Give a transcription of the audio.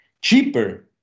cheaper